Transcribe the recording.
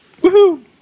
Woohoo